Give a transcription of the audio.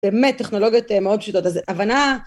באמת, טכנולוגיות מאוד פשוטות, אז הבנה...